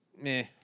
meh